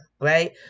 Right